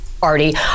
party